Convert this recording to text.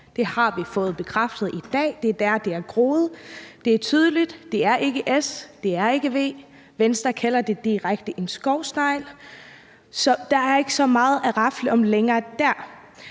Det har vi fået bekræftet i dag, det er dér, det har groet, det er tydeligt. Det er ikke S, det er ikke V. Venstre kalder det direkte en skovsnegl. Så der er ikke så meget at rafle om længere dér.